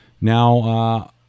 Now